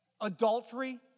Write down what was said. Adultery